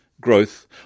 growth